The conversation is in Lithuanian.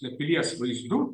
pilies vaizdu